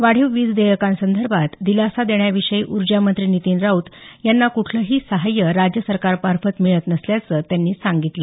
वाढीव वीजबीला संदर्भात दिलासा देण्याविषयी ऊर्जा मंत्री नितीन राऊत यांना कुठलेही अर्थसहाय्य राज्य सरकारमार्फत मिळत नसल्याचं त्यांनी सांगितलं